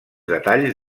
detalls